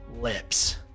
lips